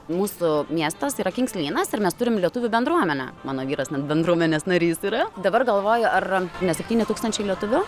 mūsų miestas yra kinkslynas ir mes turim lietuvių bendruomenę mano vyras net bendruomenės narys yra dabar galvoju ar ne septyni tūkstančiai lietuvių